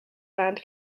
band